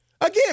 Again